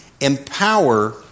empower